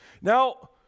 Now